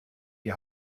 die